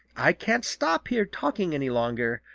i can't stop here talking any longer.